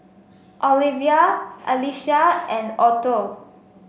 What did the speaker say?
Olevia Alycia and Otto